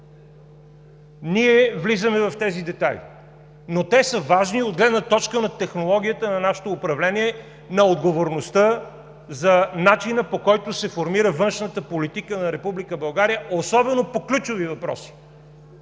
ние влизаме в тези детайли, но те са важни от гледна точка на технологията на нашето управление, на отговорността за начина, по който се формира външната политика на Република България, особено по ключови въпроси